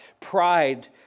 pride